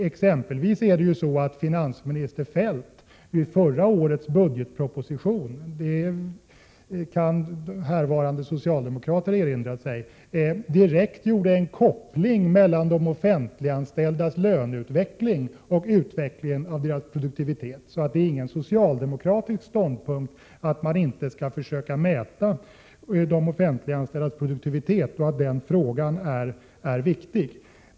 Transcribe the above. Exempelvis gjorde finansminister Feldt i förra årets budgetproposition — det kan härvarande socialdemokrater erinra sig — en direkt koppling mellan de offentliganställdas löneutveckling och utvecklingen av deras produktivitet. Så det är ingen socialdemokratisk ståndpunkt att man inte skall försöka mäta de offentliganställdas produktivitet även om det kan låta så här i dag.